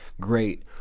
great